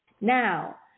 Now